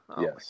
Yes